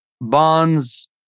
bonds